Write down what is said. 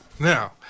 Now